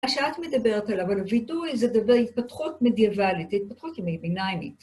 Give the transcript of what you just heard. מה שאת מדברת עליו על הווידוי, זה התפתחות מדיאבלית, התפתחות ימי ביניימית.